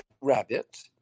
rabbit